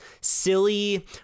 silly